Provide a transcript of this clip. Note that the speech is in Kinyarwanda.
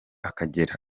akagera